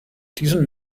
diesen